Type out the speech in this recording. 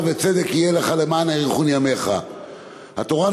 הצעת חוק